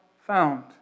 found